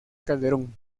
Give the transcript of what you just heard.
calderón